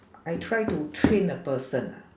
I try to train a person ah